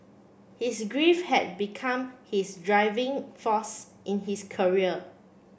his grief had become his driving force in his career